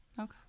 Okay